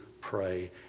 pray